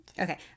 okay